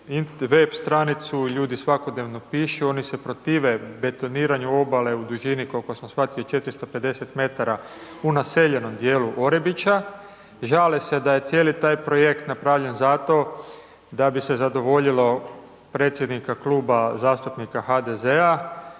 web stranicu, ljudi svakodnevno pišu, oni se protive betoniranju obale u dužini, koliko sam shvatio 450 m u naseljenom dijelu Orebića. Žale se da je cijeli taj projekt napravljen zato, da bi se zadovoljilo predsjednika Kluba zastupnika HDZ-a,